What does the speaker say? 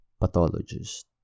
Pathologist